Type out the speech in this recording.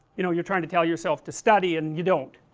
you know you are trying to tell yourself to study and you don't,